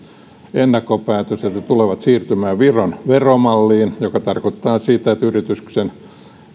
ennakkopäätös että he tulevat siirtymään viron veromalliin joka tarkoittaa sitä että yrityksen